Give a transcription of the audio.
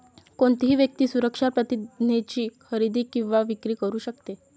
कोणतीही व्यक्ती सुरक्षा प्रतिज्ञेची खरेदी किंवा विक्री करू शकते